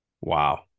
Wow